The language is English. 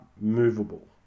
movable